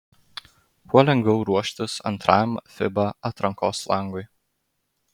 kuo lengviau ruoštis antrajam fiba atrankos langui